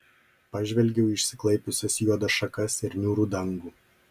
pažvelgiau į išsiklaipiusias juodas šakas ir niūrų dangų